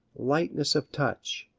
lightness of touch,